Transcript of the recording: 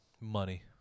Money